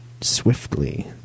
swiftly